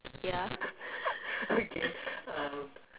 ya okay